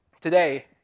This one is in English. today